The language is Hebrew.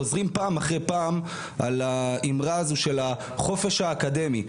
חוזרים פעם אחרי פעם על האמרה הזו של החופש האקדמי,